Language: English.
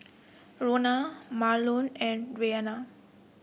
Rona Marlon and Reyna